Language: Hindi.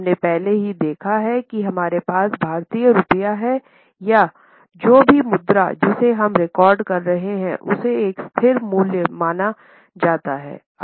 हमने पहले ही देखा है कि हमारे पास भारतीय रुपया है या जो भी मुद्रा जिसे हम रिकॉर्ड कर रहे हैं उसे एक स्थिर मूल्य माना जाता है